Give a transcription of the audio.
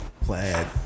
plaid